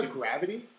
gravity